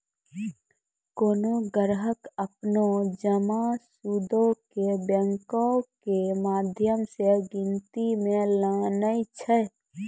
कोनो ग्राहक अपनो जमा सूदो के बैंको के माध्यम से गिनती मे लानै छै